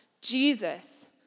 Jesus